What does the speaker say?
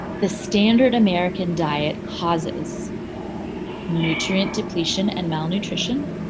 the standard american diet causes nutrient depletion and malnutrition.